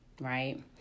Right